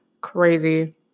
crazy –